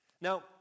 Now